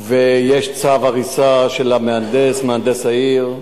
ויש צו הריסה של מהנדס העיר.